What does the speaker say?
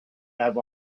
have